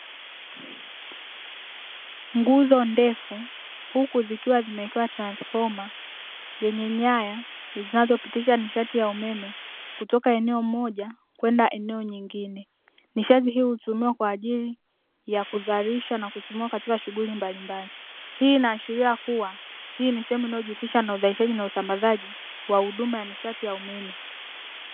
Nguzo ndefu huku zikiwa zimewekewa transfoma yenye nyaya zinazopitisha nishati ya umeme, kutoka eneo moja kwenda eneo jingine. Nishati hii hutumiwa kwa ajili ya kuzalisha na kutumiwa katika shughuli mbalimbali, hii inaashiria kuwa hii ni sehemu inayojihusisha na uzalishaji na usambazaji wa huduma ya nishati ya umeme.